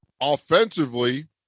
offensively